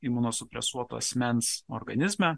imonosupresuoto asmens organizme